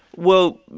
well,